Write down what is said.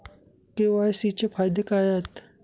KYC चे फायदे काय आहेत?